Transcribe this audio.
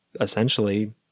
essentially